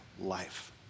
life